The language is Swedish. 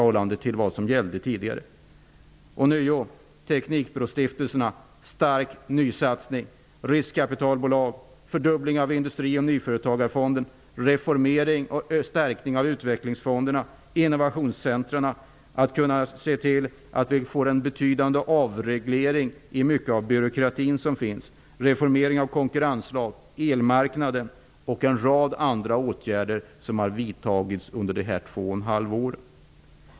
Ånyo: teknikbrostiftelserna, stark nysatsning, riskkapitalbolag, fördubbling av industri och nyföretagarfonden, reformering och förstärkning av utvecklingsfonderna, inrättande av innovationscentrum, en betydande avreglering av mycket av den byråkrati som finns, reformering av konkurrenslagen och elmarknaden samt en rad andra åtgärder som har vidtagits under dessa två och ett halvt åren.